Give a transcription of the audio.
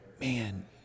Man